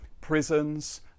prisons